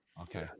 okay